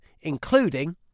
including